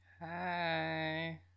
Hi